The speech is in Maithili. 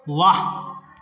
वाह